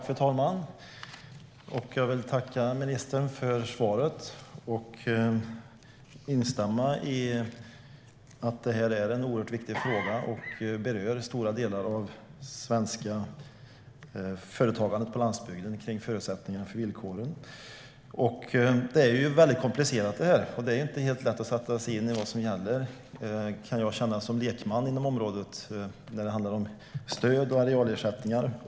Fru talman! Jag vill tacka ministern för svaret och instämma i att detta är en oerhört viktig fråga som berör stora delar av det svenska företagandet på landsbygden. Det gäller förutsättningar och villkor. Detta är väldigt komplicerat. Jag, som lekman inom området, kan känna att det inte är helt lätt att sätta sig in i vad som gäller när det handlar om stöd och arealersättningar.